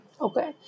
Okay